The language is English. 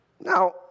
Now